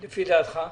לפי דעתך למה זה כך?